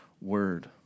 Word